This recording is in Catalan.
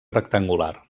rectangular